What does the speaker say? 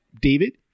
David